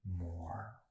more